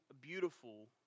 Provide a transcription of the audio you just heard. beautiful